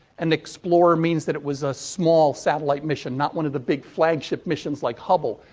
and explorer means that it was a small satellite mission, not one of the big flagship missions like hubble,